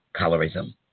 colorism